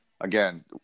again